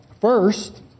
first